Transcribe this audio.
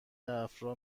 افرا